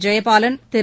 Jayabalan Thiru